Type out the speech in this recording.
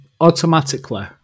automatically